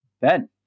Ben